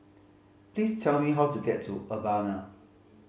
please tell me how to get to Urbana